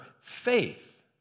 faith